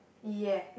ya